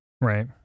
Right